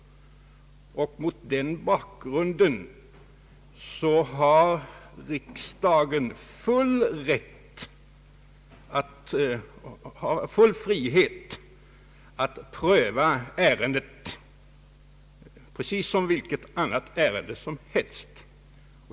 Mot den bakgrunden har riksdagen full frihet att pröva ärendet precis som vilket annat ärende som helst.